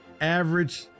Average